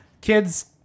kids